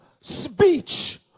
speech